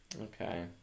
Okay